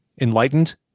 enlightened